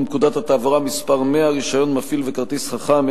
פקודת התעבורה (מס' 100) (רשיון מפעיל וכרטיס חכם),